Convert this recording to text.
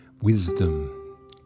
wisdom